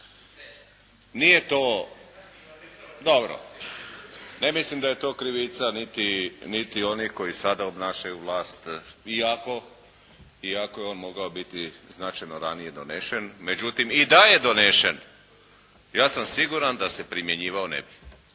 petnaestak godina. Ne mislim da je to krivica niti onih koji sada obnašaju vlast iako je on mogao biti značajno ranije donesen. Međutim, i da je donesen ja sam siguran da se primjenjivao ne bi.